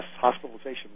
hospitalization